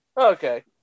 Okay